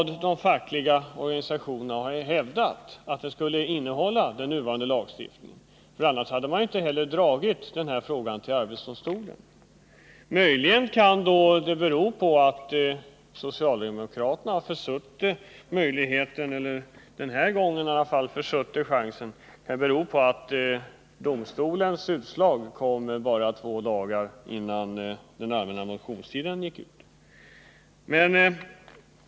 De fackliga organisationerna har också hävdat att den nuvarande lagstiftningen innehåller en sådan bestämmelse, annars hade ju inte Fabriksarbetareförbundet dragit denna fråga inför arbetsdomstolen. Att socialdemokraterna åtminstone denna gång har försuttit möjligheten att kräva att lön skall utgå vid den typ av kompensationsledighet som det här är fråga om kan bero på att domstolens utslag kom bara två dagar före den allmänna motionstidens utgång.